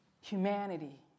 humanity